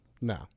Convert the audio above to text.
no